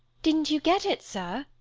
didn't you get it, sir?